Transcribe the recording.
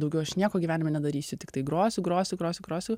daugiau aš nieko gyvenime nedarysiu tiktai grosiu grosiu grosiu grosiu